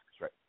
right